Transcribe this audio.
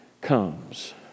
comes